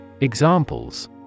Examples